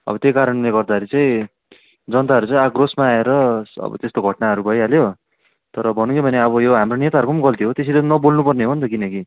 अब त्यही कारणले गर्दाखेरि चाहिँ जनताहरू चाहिँ आक्रोशमा आएर अब त्यस्तो घटनाहरू भइहाल्यो तर भन्यो भने यो हाम्रो नेताहरूको पनि गल्ती हो त्यसरी त नबल्नुपर्ने हो नि त किनकि